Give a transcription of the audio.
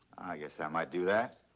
guess i might do that,